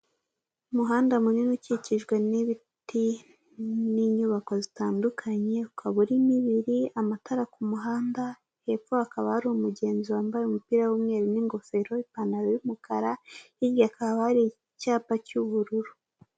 Umuhanda munini ukikijwe n'ibiti n'inyubako zitandukanye, ukaba urimo ibiri, amatara kumuhanda, hepfo hakaba hari umugenzi wambaye umupira w'umweru n'ingofero, ipantaro y'umukara, hirya hakaba hari icyapa cy'ubururu.